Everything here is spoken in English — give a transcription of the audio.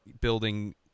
building